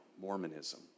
Mormonism